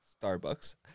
Starbucks